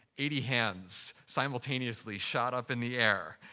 eighty hands simultaneously shot up in the air.